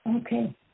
Okay